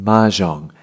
Mahjong